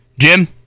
Jim